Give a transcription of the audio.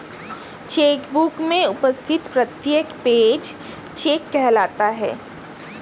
check book में उपस्थित प्रत्येक पेज चेक कहलाता है